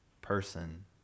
person